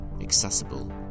accessible